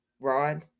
Rod